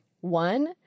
One